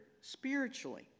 spiritually